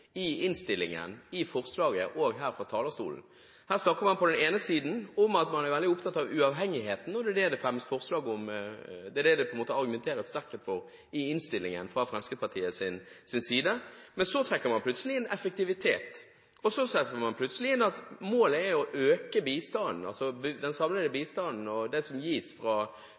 i innstillingen, i forslaget og her fra talerstolen. Her snakker man på den ene siden om at man er veldig opptatt av uavhengigheten, og det er det det fremmes forslag om. Det er det det argumenteres sterkest for i innstillingen fra Fremskrittspartiets side. Så trekker man plutselig inn effektivitet, og så trekker man plutselig inn at målet er å øke den samlede bistanden og det som gis fra